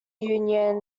union